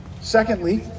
Secondly